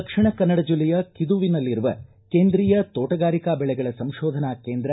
ದಕ್ಷಿಣ ಕನ್ನಡ ಜಿಲ್ಲೆಯ ಕಿದುವಿನಲ್ಲಿರುವ ಕೇಂದ್ರೀಯ ತೋಟಗಾರಿಕಾ ಬೆಳೆಗಳ ಸಂಶೋಧನಾ ಕೇಂದ್ರ ಸಿ